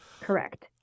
correct